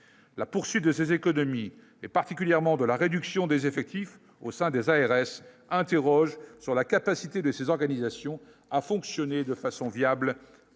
la poursuite de ses économies et particulièrement de la réduction des effectifs au sein des ARS interroges sur la capacité de ces organisations, a fonctionné de façon viable